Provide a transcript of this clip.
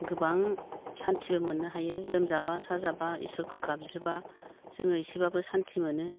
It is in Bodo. गोबां सान्थिबो मोननो हायो लोमजाबा साजाबा इसोरखौ गाबज्रिबा जोङो इसेबाबो सान्थि मोनो